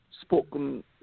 spoken